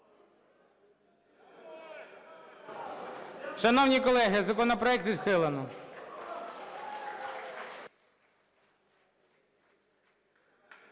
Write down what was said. Дякую.